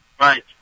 Right